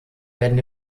werden